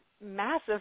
massive